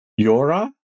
Yora